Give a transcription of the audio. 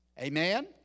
Amen